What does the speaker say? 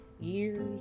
years